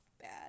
bad